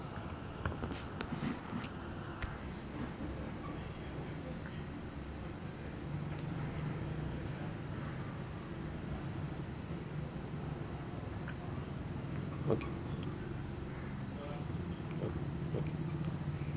okay oh okay